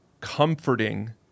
comforting